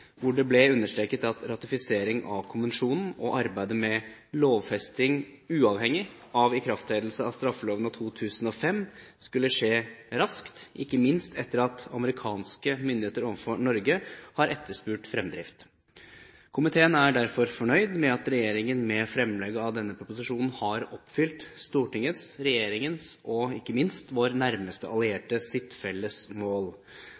hvor det ble understreket at ratifisering av konvensjonen og arbeidet med lovfesting, uavhengig av ikrafttredelse av straffeloven av 2005, skulle skje raskt, ikke minst etter at amerikanske myndigheter overfor Norge har etterspurt fremdrift. Komiteen er derfor fornøyd med at regjeringen med fremlegget av denne proposisjonen har oppfylt Stortingets, regjeringens og ikke minst vår nærmeste alliertes felles mål.